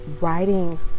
writing